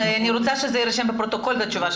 חשוב לי שהדברים שלך ייאמרו לפרוטוקול.